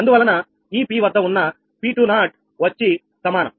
అందువలన ఈ P వద్ద ఉన్న 𝑃20 వచ్చి సమానం